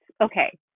okay